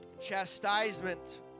chastisement